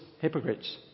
hypocrites